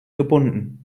gebunden